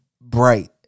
bright